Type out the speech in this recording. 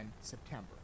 September